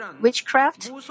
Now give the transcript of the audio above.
Witchcraft